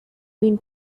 been